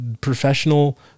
Professional